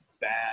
bad